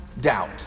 doubt